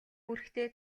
үүрэгтэй